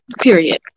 Period